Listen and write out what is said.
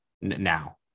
now